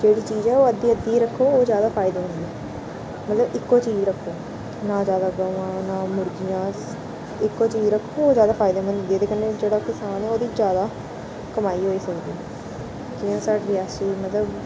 जेह्ड़ी चीज ऐ ओह् अद्धी अद्धी गै रक्खो ओह् ज्यादा फायदेमंद ऐ मगर इक्को चीज़ रक्खो ना ज्यादा गमां ना मूर्गियां इक्को चीज़ रक्खो ओह् ज्यादा फायदेमंद होंदी जेह्दे कन्नै जेह्ड़ा कसान ऐ ओह्दी ज्यादा कमाई होई सकदी जियां साढ़ी रियासी मतलब